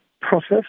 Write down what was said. process